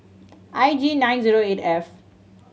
I G nine zero eight F